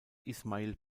ismail